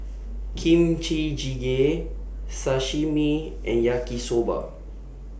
Kimchi Jjigae Sashimi and Yaki Soba